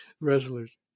wrestlers